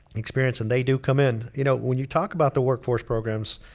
experience. and they do come in. you know when you talk about the workforce programs,